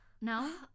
No